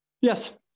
Yes